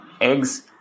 eggs